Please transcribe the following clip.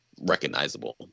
recognizable